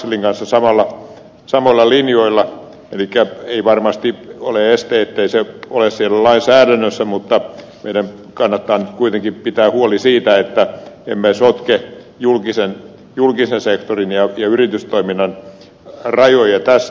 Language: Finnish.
laxellin kanssa samoilla linjoilla elikkä ei varmasti ole este ettei se ole siellä lainsäädännössä mutta meidän kannattaa nyt kuitenkin pitää huoli siitä että emme sotke julkisen sektorin ja yritystoiminnan rajoja näiltä osin